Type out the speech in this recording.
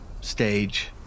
stage